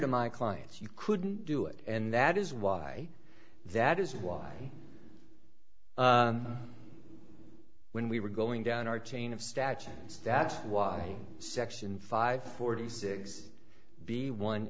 to my clients you couldn't do it and that is why that is why when we were going down our chain of statutes that's why section five forty six b on